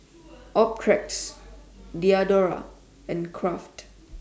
Optrex Diadora and Kraft